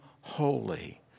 holy